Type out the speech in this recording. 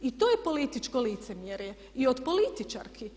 I to je političko licemjerje i od političarki.